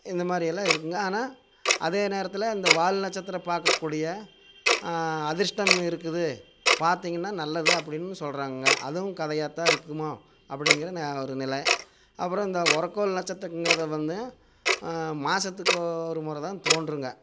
இந்த மாதிரியெல்லாம் இருக்குங்க ஆனால் அதே நேரத்தில் இந்த வால் நட்சத்திரம் பார்க்கக்கூடிய அதிர்ஷ்டம் இருக்குது பார்த்திங்கன்னா நல்லது அப்படின்னு சொல்கிறாங்கங்க அதுவும் கதையாக தான் இருக்குமோ அப்படிங்கிறது ஒரு நிலை அப்புறம் இந்த ஒரக்கோள் நட்சத்திரங்கிறது வந்து மாதத்துக்கு ஒரு முறை தான் தோன்றும்ங்க